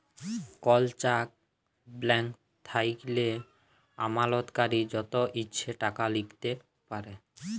call cheque blank থ্যাইকলে আমালতকারী যত ইছে টাকা লিখতে পারে